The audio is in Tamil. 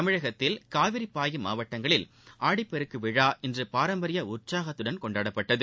தமிழகத்தில் காவிரி பாயும் மாவட்டங்களில் ஆடிப்பெருக்கு விழா இன்று பாரம்பரிய உற்சாகத்துடன் கொண்டாப்பட்டது